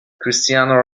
cristiano